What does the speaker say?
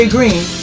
Green